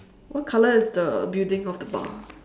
what colour is the building of the bar